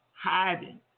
hiding